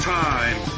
time